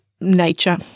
nature